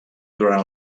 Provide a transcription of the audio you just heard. durant